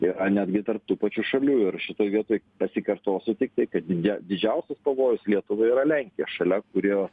yra netgi tarp tų pačių šalių ir šitoj vietoj pasikartosiu tiktai kad dide didžiausias pavojus lietuvai yra lenkija šalia kurios